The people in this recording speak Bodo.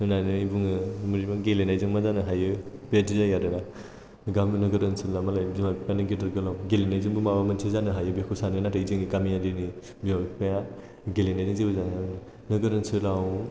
होननानै बुङो गेलेनायजों मा जानो हायो बेबायदि जायो आरोना नोगोर ओनसोलाव मालाय बिमा बिफायानो गेदेर गोलाव गेलेनायजोंबो माबा मोनसे जानो हायो बेखौ सानो नाथाय जोंनि गामियारिनि बिमा बिफाया गेलेनायजों जेबो जानो हाया बुङो नोगोर ओनसोलाव